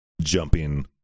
jumping